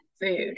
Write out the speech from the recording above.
food